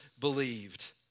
believed